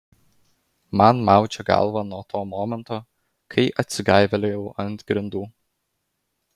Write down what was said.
man maudžia galvą nuo to momento kai atsigaivelėjau ant grindų